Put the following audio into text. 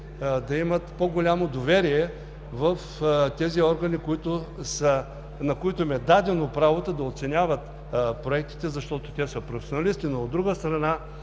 да имат по-голямо доверие в органите, на които им е дадено правото да оценяват проектите, защото те са професионалисти; но, от друга страна,